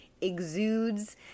exudes